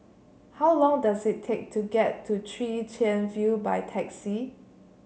how long does it take to get to Chwee Chian View by taxi